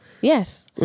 Yes